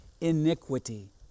Iniquity